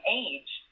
age